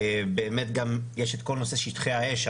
באמת גם יש את כל נושא שטחי האש,